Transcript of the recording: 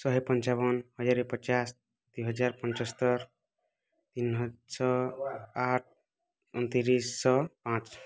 ଶହେ ପଞ୍ଚାବନ୍ ହଜାର ପଚାଶ୍ ଦୁଇ ହଜାର ପଞ୍ଚସ୍ତରୀ ତିନି ହଜାର ଆଠ ଅଣତିରିଶିଶହ ପାଞ୍ଚ